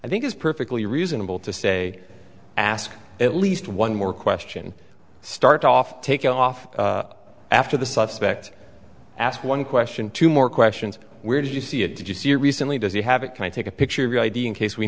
i think is perfectly reasonable to say ask at least one more question start off taking off after the suspect asked one question two more questions where did you see it did you see recently does he have it can take a picture of your i d in case we